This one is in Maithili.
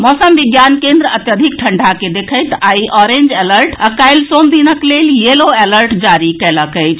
मौसम विज्ञान केन्द्र अत्यधिक ठंडा के देखैत आई ऑरेन्ज एलर्ट आ काल्हि सोम दिनक लेल येलो एलर्ट जारी कयलक अछि